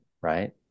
right